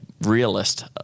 realist